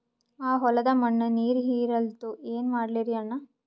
ಆ ಹೊಲದ ಮಣ್ಣ ನೀರ್ ಹೀರಲ್ತು, ಏನ ಮಾಡಲಿರಿ ಅಣ್ಣಾ?